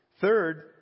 third